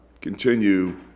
continue